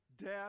death